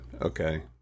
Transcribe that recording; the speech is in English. okay